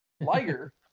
Liger